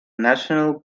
national